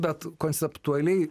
bet konceptualiai